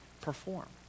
perform